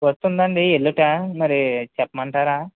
bus ఉందండి ఎల్లుండి మరి చెప్పమంటారా